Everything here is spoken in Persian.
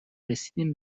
رسیدیم